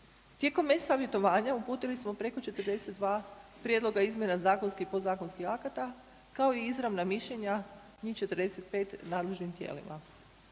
Tijekom e-savjetovanja uputili smo preko 42 prijedloga izmjena zakonskih i podzakonskih akata kao i izravna mišljenja, njih 45 nadležnim tijelima.